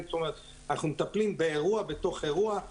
זאת אומרת, אנחנו מטפלים באירוע בתוך אירוע.